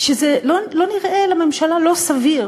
שזה לא נראה לממשלה לא סביר